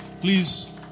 Please